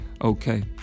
okay